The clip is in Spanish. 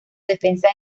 defensa